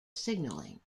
signaling